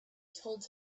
told